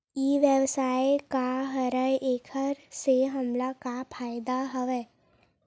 ई व्यवसाय का हरय एखर से हमला का फ़ायदा हवय?